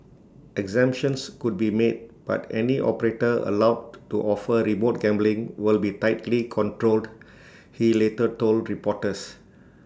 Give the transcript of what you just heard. exemptions could be made but any operator allowed to offer remote gambling will be tightly controlled he later told reporters